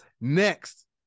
next